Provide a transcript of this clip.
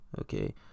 okay